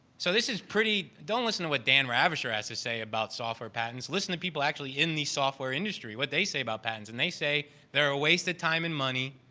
so, this is pretty don't listen to what dan ravicher has to say about software patents. listen to people actually in the software industry, what they say about patents. and they say they're a waste of time and money.